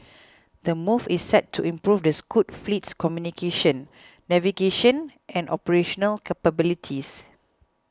the move is set to improve the Scoot fleet's communication navigation and operational capabilities